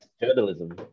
journalism